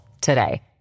today